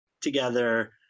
together